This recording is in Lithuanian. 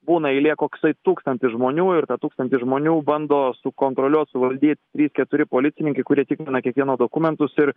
būna eilė koksai tūkstantis žmonių ir tą tūkstantį žmonių bando sukontroliuot suvaldyt trys keturi policininkai kurie tikrina kiekvieno dokumentus ir